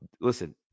listen